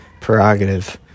prerogative